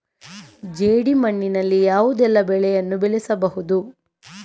ಜೇಡಿ ಮಣ್ಣಿನಲ್ಲಿ ಯಾವುದೆಲ್ಲ ಬೆಳೆಗಳನ್ನು ಬೆಳೆಯಬಹುದು?